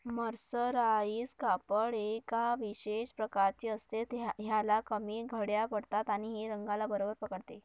mercerise कापड एका विशेष प्रकारचे असते, ह्याला कमी घड्या पडतात आणि हे रंगाला बरोबर पकडते